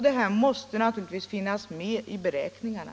Detta måste naturligtvis finnas med i beräkningarna.